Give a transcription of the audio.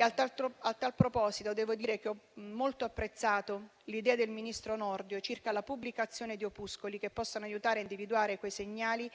A tal proposito devo dire che ho molto apprezzato l'idea del ministro Nordio circa la pubblicazione di opuscoli che possano aiutare a individuare quei segnali